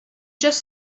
just